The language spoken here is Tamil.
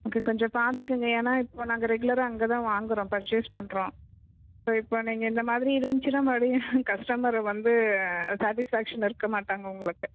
ஓகே கொஞ்சம் பார்த்துக்கங்க ஏன்னா இப்போ நாங்கள் ரெகுலராக அங்கே தான் வாங்குறோம் பர்ச்சேஸ் பண்ணுறோம் ஸோ இப்போ நீங்கள் இந்தமாதிரி இருந்துச்சுன்னா மறுபடியும் கஸ்டமரை வந்து சாடிஸ்ஃபேக்சன் இருக்க மாட்டாங்க உங்ளுக்கு